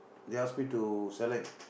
they ask me to select